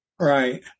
Right